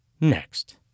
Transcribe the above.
next